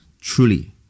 truly